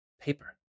paper